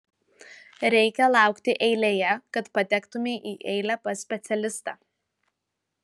reikia laukti eilėje kad patektumei į eilę pas specialistą